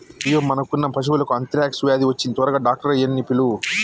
అయ్యో మనకున్న పశువులకు అంత్రాక్ష వ్యాధి వచ్చింది త్వరగా డాక్టర్ ఆయ్యన్నీ పిలువు